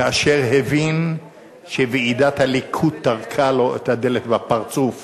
כאשר הבין שוועידת הליכוד טרקה לו את הדלת בפרצוף